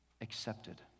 accepted